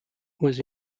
was